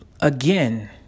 Again